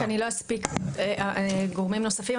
כי אני לא אספיק גורמים נוספים.